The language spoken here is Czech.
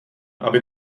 aby